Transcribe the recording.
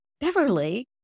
Beverly